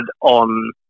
on